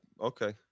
okay